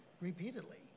repeatedly